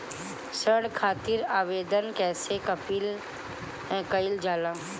ऋण खातिर आवेदन कैसे कयील जाला?